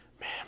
man